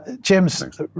James